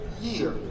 year